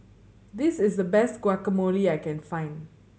this is the best Guacamole I can find